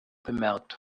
bemerkt